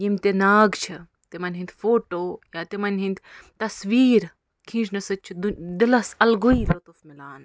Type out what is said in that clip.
یِم تہِ ناگ چھِ تِمَن ۂنٛدۍ فوٹوٗ یا تِمَن ۂنٛدۍ تصوریٖر کھیٖنچ نَس سۭتۍ چھِ دِلَس اَلگٕے لُطُف مِلان